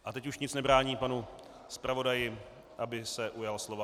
A teď už nic nebrání panu zpravodaji, aby se ujal slova.